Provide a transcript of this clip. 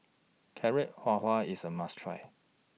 Carrot Halwa IS A must Try